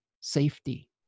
safety